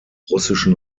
russischen